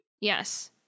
Yes